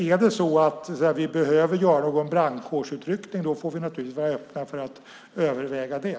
Är det så att vi behöver göra någon brandkårsutryckning får vi naturligtvis vara öppna för att överväga det.